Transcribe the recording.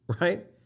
right